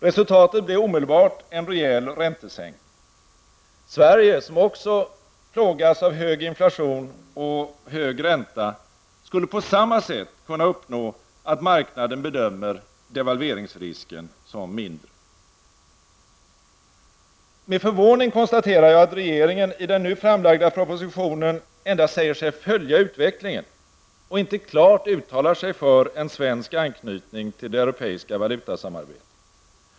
Resultatet blev omedelbart en rejäl räntesänkning. Sverige, som också plågas av hög inflation och hög ränta, skulle på samma sätt kunna uppnå att marknaden bedömer devalveringsrisken som mindre. Med förvåning konstaterar jag att regeringen i den nu framlagda propositionen endast säger sig följa utvecklingen och inte klart uttalar sig för en svensk anknytning till det europeiska valutasamarbetet.